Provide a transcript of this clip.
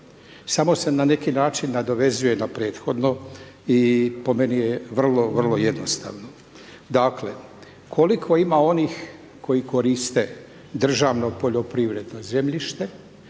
samo se na neki način nadovezuje na prethodno i po meni je vrlo vrlo jednostavno. Dakle, koliko ima onih koji koriste državno poljoprivredno zemljište,